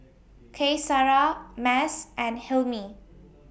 Qaisara Mas and Hilmi